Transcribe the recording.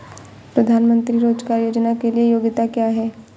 प्रधानमंत्री रोज़गार योजना के लिए योग्यता क्या है?